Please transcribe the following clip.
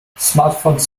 smartphones